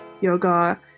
yoga